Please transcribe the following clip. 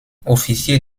officier